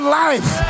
life